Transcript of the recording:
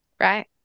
right